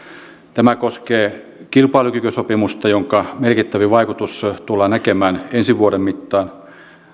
tämä koskee kilpailukykysopimusta jonka merkittävin vaikutus tullaan näkemään ensi vuoden mittaan